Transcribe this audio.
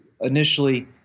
initially